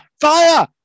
fire